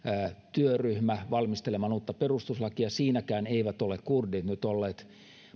valmistelemaan uutta perustuslakia mutta siinäkään eivät ole kurdit nyt olleet